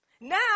now